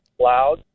cloud